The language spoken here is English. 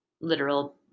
literal